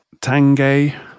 Tange